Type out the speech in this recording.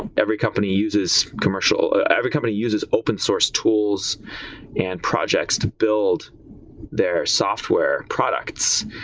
and every company uses commercial every company uses open source tools and projects to build their software products.